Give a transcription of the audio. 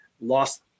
lost